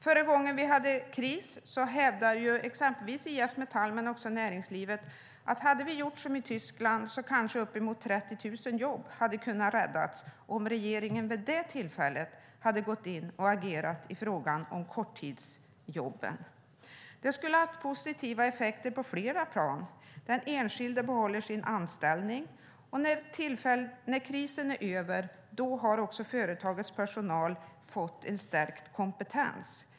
Förra gången som vi hade kris hävdade exempelvis IF Metall men också näringslivet att om vi hade gjort som man gjorde i Tyskland hade kanske uppemot 30 000 jobb kunnat räddas om regeringen vid detta tillfälle hade gått in och agerat i frågan om korttidsjobben. Det skulle ha haft positiva effekter på flera plan. Den enskilde hade behållit sin anställning, och när krisen var över hade också företagets personal fått en stärkt kompetens.